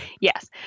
Yes